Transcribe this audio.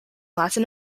latin